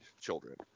children